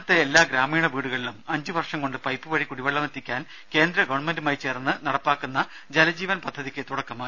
രുമ സംസ്ഥാനത്തെ എല്ലാ ഗ്രാമീണ വീടുകളിലും അഞ്ചു വർഷം കൊണ്ട് പൈപ്പ് വഴി കുടിവെള്ളമെത്തിക്കാൻ കേന്ദ്ര ഗവൺമെന്റുമായി ചേർന്ന് സംസ്ഥാനം നടപ്പാക്കുന്ന ജലജീവൻ പദ്ധതിക്ക് തുടക്കമായി